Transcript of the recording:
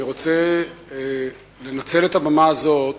אני רוצה לנצל את הבמה הזאת